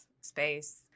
space